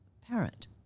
parent